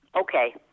okay